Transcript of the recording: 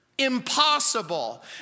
impossible